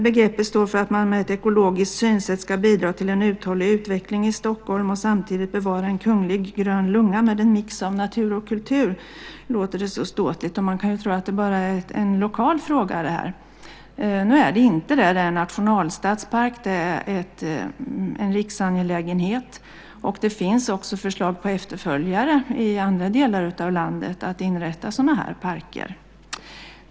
Begreppet står för att man med ett ekologiskt synsätt ska bidra till en uthållig utveckling i Stockholm och samtidigt bevara en kunglig grön lunga med en mix av natur och kultur. Det låter ståtligt! Man kan tro att detta bara är en lokal fråga, men det är det inte. Detta är en nationalstadspark och en riksangelägenhet. Det finns också förslag på efterföljare i andra delar av landet, där man vill inrätta sådana här parker.